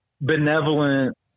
benevolent